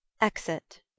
Exit